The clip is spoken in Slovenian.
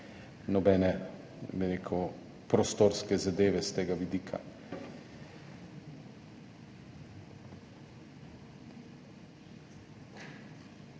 nobene prostorske zadeve s tega vidika.